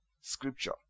scripture